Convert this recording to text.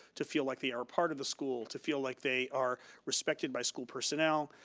to feel like they are a part of the school, to feel like they are respected by school personnel,